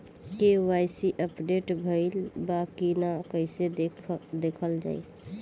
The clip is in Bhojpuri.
के.वाइ.सी अपडेट भइल बा कि ना कइसे देखल जाइ?